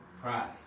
Pride